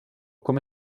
come